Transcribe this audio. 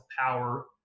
power